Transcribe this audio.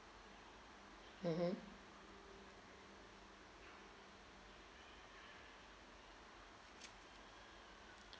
mmhmm